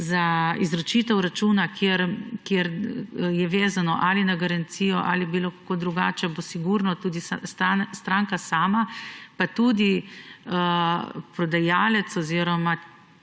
za izročitev računa, kjer je vezeno ali na garancijo ali kako drugače, bo sigurno tudi stranka sama, pa tudi prodajalec oziroma